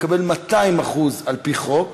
מקבל 200% על-פי חוק.